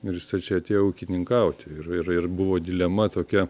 ir jisai čia atėjo ūkininkauti ir ir buvo dilema tokia